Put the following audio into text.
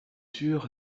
sûr